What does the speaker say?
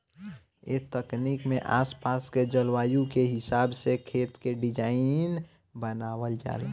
ए तकनीक में आस पास के जलवायु के हिसाब से खेत के डिज़ाइन बनावल जाला